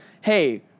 Hey